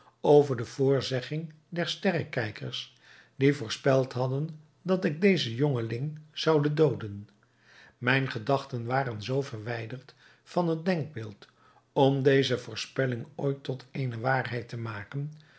over de voorzegging der sterrekijkers die voorspeld hadden dat ik dezen jongeling zoude dooden mijne gedachten waren zoo verwijderd van het denkbeeld om deze voorspelling ooit tot eene waarheid te maken